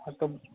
हाँ तो